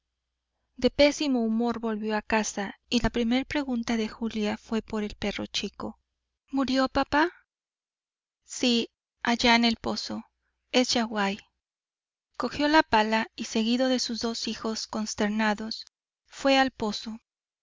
de pésimo humor volvió a casa y la primer pregunta de julia fué por el perro chico murió papá sí allá en el pozo es yaguaí cogió la pala y seguido de sus dos hijos consternados fué al pozo